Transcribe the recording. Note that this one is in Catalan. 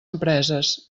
empreses